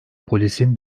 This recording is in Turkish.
polisin